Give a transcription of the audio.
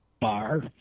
bar